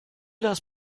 das